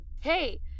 Hey